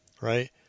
Right